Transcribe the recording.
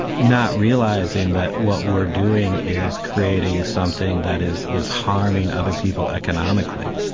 not realising that what we're doing is creating something that is is harming other people economically,